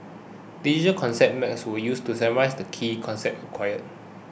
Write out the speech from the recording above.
digital concept maps were used to summarise the key concepts acquired